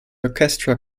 orchestra